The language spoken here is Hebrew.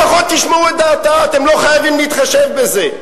לפחות תשמעו את דעתה, אתם לא חייבים להתחשב בזה.